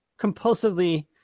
compulsively